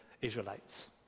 Israelites